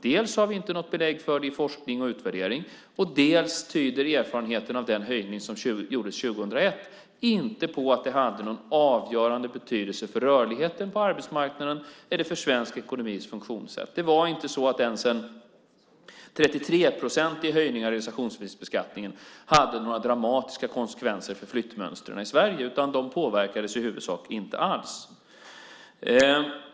Dels har vi inte något belägg för det i forskning och utvärdering, dels tyder erfarenheterna av den höjning som gjordes 2001 inte på att det hade någon avgörande betydelse för rörligheten på arbetsmarknaden eller för svensk ekonomis funktionssätt. Det var inte så att ens en 33-procentig höjning av realisationsvinstbeskattningen hade några dramatiska konsekvenser på flyttmönstren i Sverige. De påverkades i huvudsak inte alls.